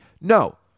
No